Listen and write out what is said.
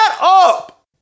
up